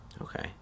Okay